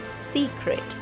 secret